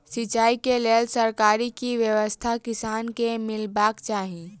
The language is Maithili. सिंचाई केँ लेल सरकारी की व्यवस्था किसान केँ मीलबाक चाहि?